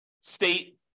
state